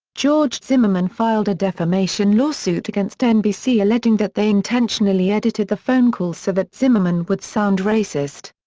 george zimmerman filed a defamation lawsuit against nbc alleging that they intentionally edited the phone call so that zimmerman would sound racist.